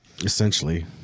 Essentially